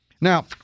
Now